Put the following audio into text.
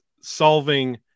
solving